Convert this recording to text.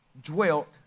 dwelt